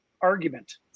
argument